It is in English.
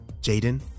Jaden